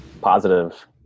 positive